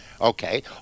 Okay